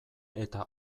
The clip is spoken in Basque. eta